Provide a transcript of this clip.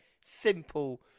simple